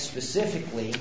specifically